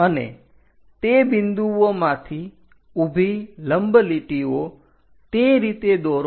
અને તે બિંદુઓમાંથી ઊભી લંબ લીટીઓ તે રીતે દોરો